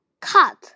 Cut